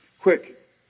quick